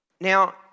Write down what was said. Now